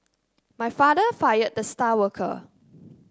my father fired the star worker